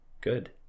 Good